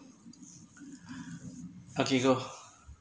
okay go